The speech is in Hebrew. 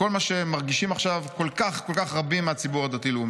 את כל מה שמרגישים עכשיו כל כך כל כך רבים מהציבור הדתי-לאומי.